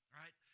right